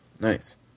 Nice